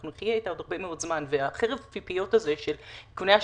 היא תהיה אתנו עוד הרבה מאוד זמן וחרב הפיפיות הזה של איכוני השב"כ,